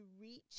reach